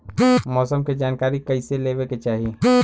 मौसम के जानकारी कईसे लेवे के चाही?